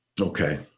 Okay